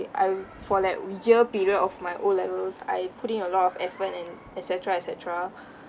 I for that year period of my O levels I put in a lot of effort and et cetera et cetera